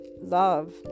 love